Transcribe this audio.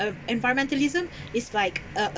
a environmentalism is like a